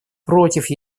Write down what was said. против